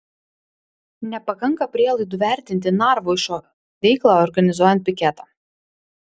nepakanka prielaidų vertinti narvoišo veiklą organizuojant piketą